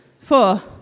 four